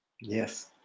Yes